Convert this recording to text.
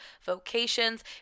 vocations